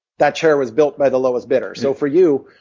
that chair was built by the lowest bidder, so for you,